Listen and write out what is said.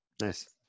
Nice